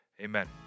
Amen